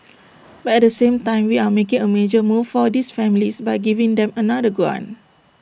but at the same time we are making A major move for these families by giving them another grant